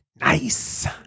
Nice